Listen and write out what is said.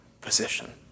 position